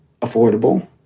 affordable